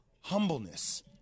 humbleness